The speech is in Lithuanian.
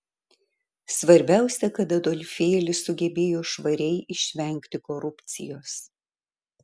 svarbiausia kad adolfėlis sugebėjo švariai išvengti korupcijos